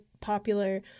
popular